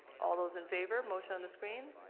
all those in favor? motion on the screen.